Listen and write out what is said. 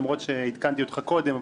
למרות שעדכנתי אותך קודם,